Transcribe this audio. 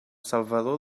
salvador